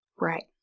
Right